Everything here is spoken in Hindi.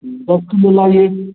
दस किलो लाइये